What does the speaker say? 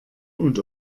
und